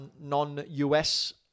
non-US